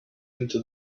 into